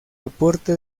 aporte